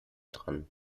dran